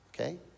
okay